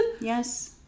Yes